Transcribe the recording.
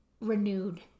renewed